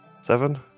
Seven